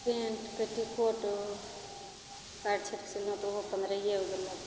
paint petticoat काटि छाँटिके सीलहुँ तऽ उहो पन्द्रहे रूपैआ